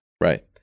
Right